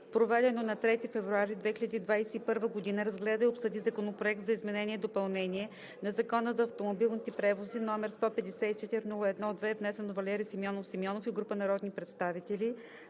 проведено на 3 февруари 2021г., разгледа и обсъди Законопроект за изменение и допълнение на Закона за автомобилните превози, № 154-01-2, внесен от Валери Симеонов Симеонов и група народни представители